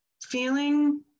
feeling